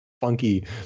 funky